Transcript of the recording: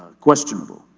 questionable.